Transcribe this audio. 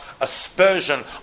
aspersion